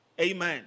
amen